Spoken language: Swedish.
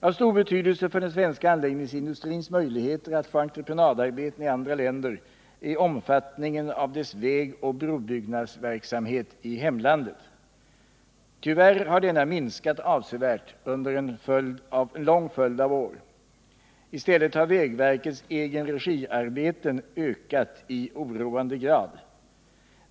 Av stor betydelse för den svenska anläggningsindustrins möjligheter att få entreprenadarbeten i andra länder är omfattningen av dess vägoch brobyggnadsverksamhet i hemlandet. Tyvärr har denna minskat avsevärt under en lång följd av år. I stället har vägverkets egenregiarbeten ökat i oroande grad.